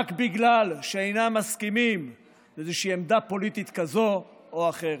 רק בגלל שאינם מסכימים עם איזושהי עמדה פוליטית כזאץ או אחרת.